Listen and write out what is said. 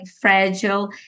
fragile